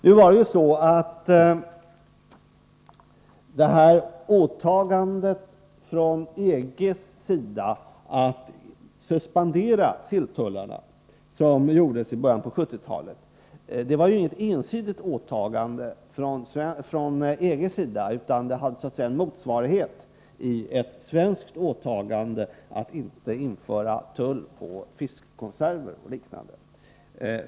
Det är emellertid så att löftet att suspendera silltullarna i början av 1970-talet inte var något ensidigt åtagande från EG:s sida, utan det hade en motsvarighet i ett svenskt åtagande att inte införa tull på fiskkonserver och liknande.